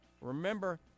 Remember